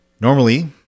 Normally